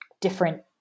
different